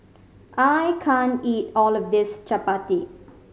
I can't eat all of this chappati